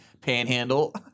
panhandle